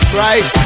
right